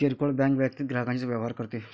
किरकोळ बँक वैयक्तिक ग्राहकांशी व्यवहार करते